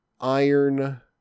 iron